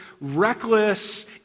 reckless